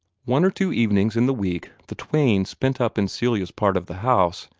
one or two evenings in the week the twain spent up in celia's part of the house,